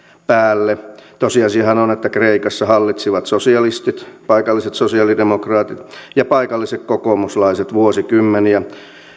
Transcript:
päälle tosiasiahan on että kreikassa hallitsivat sosialistit paikalliset sosialidemokraatit ja paikalliset kokoomuslaiset vuosikymmeniä